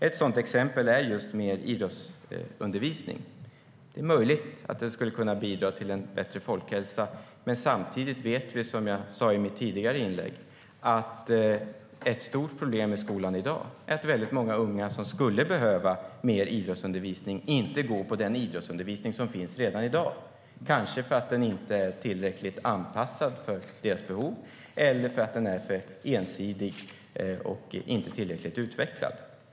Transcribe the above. Ett sådant exempel är just mer idrottsundervisning. Det är möjligt att det skulle kunna bidra till en bättre folkhälsa, men samtidigt vet vi - vilket jag sa i mitt tidigare inlägg - att ett stort problem i skolan i dag är att väldigt många unga som skulle behöva mer idrottsundervisning inte går på den idrottsundervisning som finns redan i dag. Det kanske är för att den inte är tillräckligt anpassad för deras behov eller för att den är för ensidig och inte tillräckligt utvecklad.